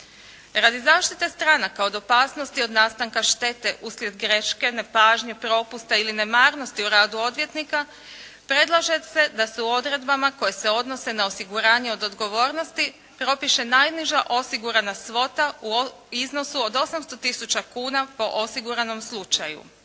Radi zaštite stranaka od opasnosti od nastanka štete uslijed greške, nepažnje, propusta ili nemarnosti u radu odvjetnika predlaže se da se u odredbama koje se odnose na osiguranje od odgovornosti propiše najniža osigurana svota u iznosu od 800 tisuća kuna po osiguranom slučaju.